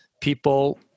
people